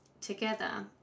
together